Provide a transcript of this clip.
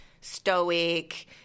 stoic